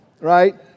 right